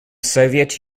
soviet